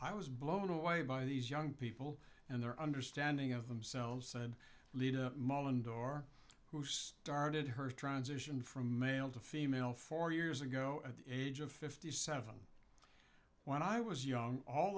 i was blown away by these young people and their understanding of themselves and lida moland or who started her transition from male to female four years ago at the age of fifty seven when i was young all